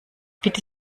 bitte